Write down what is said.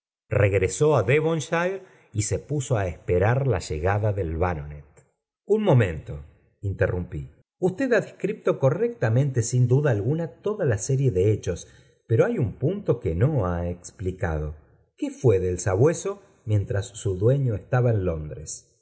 regresó á devormliim y b puso a esperar la llegada del baronet un momento interrumpí usted lia crito correctamente sin duda alguna oda la serie de hechos pero hay un punto que no bu explicado qué fue del sabueso mientras su dúo ño estaba en londres